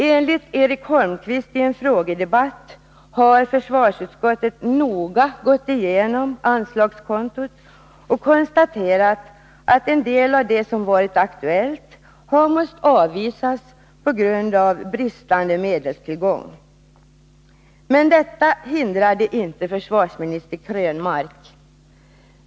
Enligt vad Eric Holmqvist sagt i en frågedebatt har försvarsutskottet noga gått igenom anslagskontot och konstaterat att en del av det som varit aktuellt har måst avvisas på grund av bristande medelstillgång. Men detta hindrar inte försvarsminister Krönmark.